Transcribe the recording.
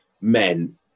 men